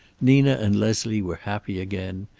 nina and leslie were happy again.